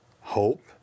hope